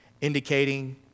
Indicating